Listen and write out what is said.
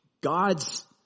god's